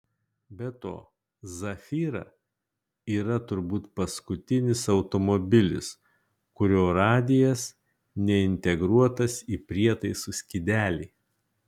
be to zafira yra turbūt paskutinis automobilis kurio radijas neintegruotas į prietaisų skydelį